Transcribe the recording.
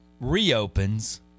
reopens